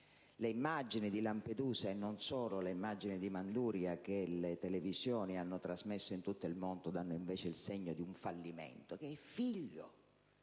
Le immagini di Lampedusa, ma non solo, le immagini di Manduria, che le televisioni hanno trasmesso in tutto il mondo, danno invece il segno di un fallimento, che è figlio